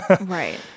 Right